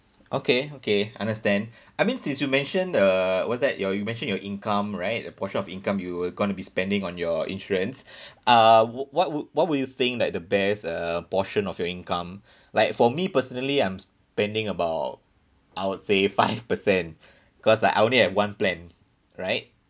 okay okay understand I mean since you mention uh what's that your you mentioned your income right a portion of income you were going to be spending on your insurance uh wh~ what would what would you think that the best uh portion of your income like for me personally I'm spending about I would say five percent cause like I only have one plan right